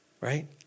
Right